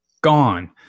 gone